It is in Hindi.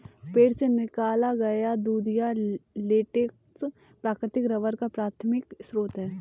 पेड़ से निकाला गया दूधिया लेटेक्स प्राकृतिक रबर का प्राथमिक स्रोत है